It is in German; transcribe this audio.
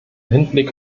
hinblick